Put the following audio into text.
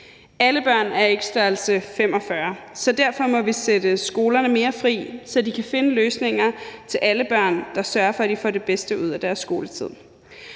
Alle børn er ikke størrelse 45, så derfor må vi sætte skolerne mere fri, så de kan finde løsninger, der sørger for, at alle børn får det bedste ud af deres skoletid.